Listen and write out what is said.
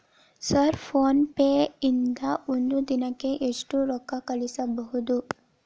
Sir PhonePe ದಿಂದ ಒಂದು ದಿನಕ್ಕೆ ಎಷ್ಟು ರೊಕ್ಕಾ ಕಳಿಸಬಹುದು?